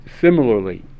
Similarly